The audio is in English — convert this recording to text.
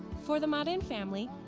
for the marin family,